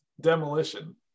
demolition